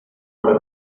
what